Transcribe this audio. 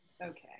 Okay